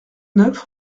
neuf